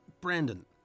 Brandon